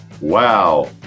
wow